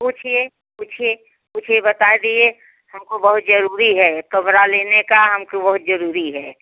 पूछिए पूछिए पूछिए बताए दिए हमको बहुत ज़रूरी है कमरा लेने का हमको बहुत ज़रूरी है